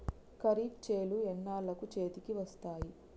ఖరీఫ్ చేలు ఎన్నాళ్ళకు చేతికి వస్తాయి?